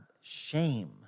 Shame